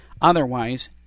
Otherwise